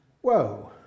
whoa